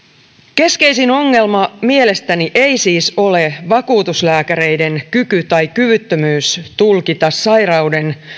keskeisin ongelma mielestäni ei siis ole vakuutuslääkäreiden kyky tai kyvyttömyys tulkita sairauden